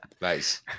Nice